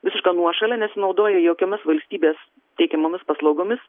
visišką nuošalę nesinaudoja jokiomis valstybės teikiamomis paslaugomis